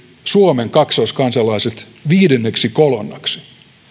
suomen kaksoiskansalaiset viidenneksi kolonnaksi